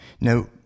Now